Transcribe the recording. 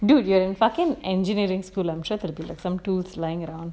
dude you are in fucking engineering school lah I'm trying to be like some tools laying around